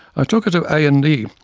i took her to a and e,